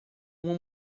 uma